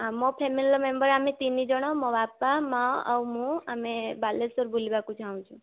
ଆମ ଫେମିଲିର ମେମ୍ବର ଆମେ ତିନି ଜଣ ମୋ ବାପା ମାଁ ଆଉ ମୁଁ ଆମେ ବାଲେଶ୍ୱର ବୁଲିବାକୁ ଚାହୁଁଛୁ